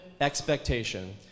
expectation